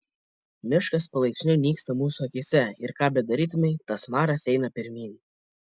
miškas palaipsniui nyksta mūsų akyse ir ką bedarytumei tas maras eina pirmyn